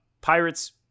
pirates